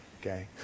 okay